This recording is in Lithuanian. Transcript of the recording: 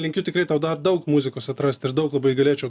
linkiu tikrai tau dar daug muzikos atrast ir daug labai galėčiau